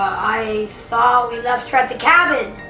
i thought we left her at the cabin!